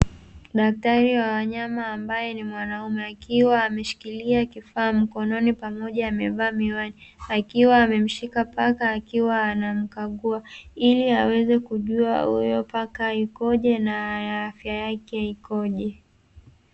Daktari wa wanyama ambae ni mwanaume akiwa ameshikilia kifaa mkononi pamoja akiwa amevaa miwani, akiwa amemshika paka akiwa anamkagua ili aweze kujua uyo paka yupoje na afya yake ipoje.